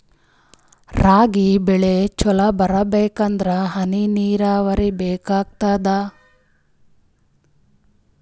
ರಾಗಿ ಬೆಳಿ ಚಲೋ ಬರಬೇಕಂದರ ಹನಿ ನೀರಾವರಿ ಬೇಕಾಗತದ?